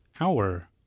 hour